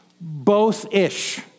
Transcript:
both-ish